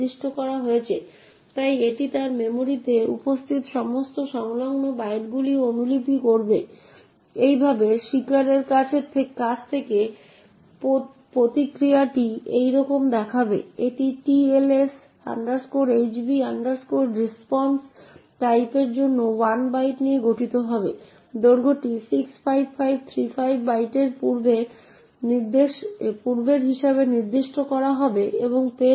শূন্যের মতো স্ট্যাকের বিষয়বস্তুর সাথে সম্পর্কিত মান 64 এই f7 ffff এবং তাই অবশেষে s এর সাথে সঙ্গতিপূর্ণ স্ট্রিং হবে এটি একটি top secret message top secret message হিসেবে প্রিন্ট করা হচ্ছে